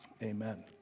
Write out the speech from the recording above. Amen